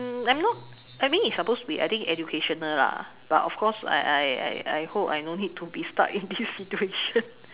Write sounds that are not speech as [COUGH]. mm I'm not I mean it's supposed to be I think educational lah but of course I I I I hope I no need to be stuck [LAUGHS] in this situation